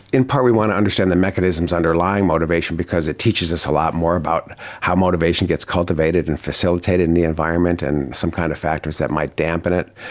in part we want to understand the mechanisms underlying motivation because it teaches us a lot more about how motivation gets cultivated and facilitated in the environment and some kind of factors that might dampen it.